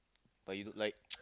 but you like